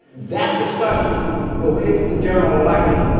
that discussion will hit the general election.